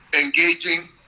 engaging